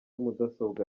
mudasobwa